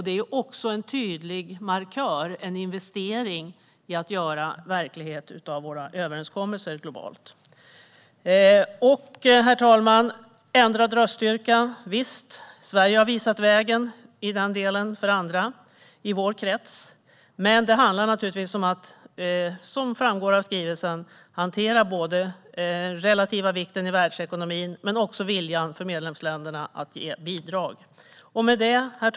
Det är också en tydlig markör, en investering för att göra verklighet av våra globala överenskommelser. Herr talman! När det gäller ändrad röststyrka har Sverige visat vägen för andra i vår krets. Men som framgår av skrivelsen handlar det naturligtvis om att hantera den relativa vikten i världsekonomin och också viljan hos medlemsländerna att ge bidrag. Herr talman!